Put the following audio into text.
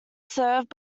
served